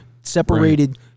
separated